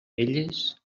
elles